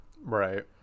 right